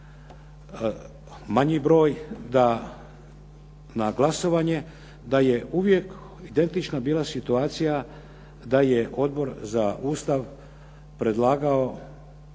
manji broj da na glasovanje da je uvijek identična bila situacija da je Odbor za Ustav predlagao